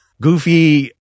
goofy